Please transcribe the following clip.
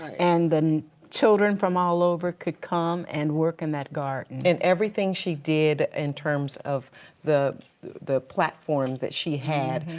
and the children from all over could come and work in that garden. and everything she did in terms of the the platform that she had,